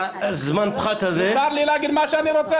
הזמן פחת הזה --- מותר לי להגיד מה שאני רוצה,